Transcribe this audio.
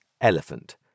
elephant